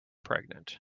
pregnant